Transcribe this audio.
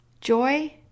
Joy